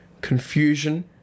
Confusion